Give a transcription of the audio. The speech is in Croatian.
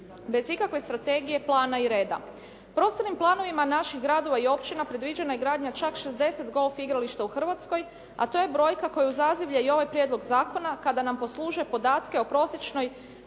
bez ikakve strategije, plana i reda. Prostornim planovima naših gradova i općina predviđena je gradnja čak 60 golf igrališta u Hrvatskoj, a to je brojka koju zazivlje i ovaj prijedlog zakona, kada nam posluže podatke o prosječno